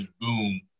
boom